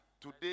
today